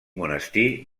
monestir